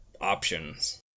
options